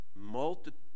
multiple